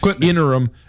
interim